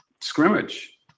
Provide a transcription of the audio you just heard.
scrimmage